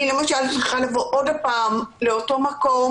אני, למשל, צריכה לבוא שוב לאותו מקום.